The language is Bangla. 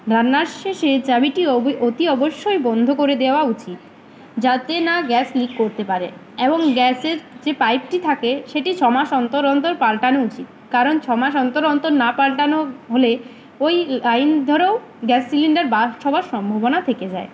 রান্নার শেষে চাবিটি অতি অবশ্যই বন্ধ করে দেওয়া উচিত যাতে না গ্যাস লিক করতে পারে এবং গ্যাসের যে পাইপটি থাকে সেটি ছমাস অন্তর অন্তর পালটানো উচিত কারণ ছমাস অন্তর অন্তর না পালটানো হলে ওই লাইন ধরেও গ্যাস সিলিন্ডার বাস্ট হওয়ার সম্ভাবনা থেকে যায়